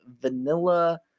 vanilla